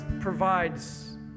provides